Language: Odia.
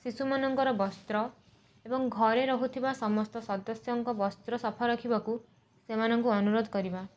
ଶିଶୁମାନଙ୍କର ବସ୍ତ୍ର ଏବଂ ଘରେ ରହୁଥୁବା ସମସ୍ତ ସଦସ୍ୟଙ୍କ ବସ୍ତ୍ର ସଫା ରଖିବାକୁ ସେମାନଙ୍କୁ ଅନୁରୋଧ କରିବା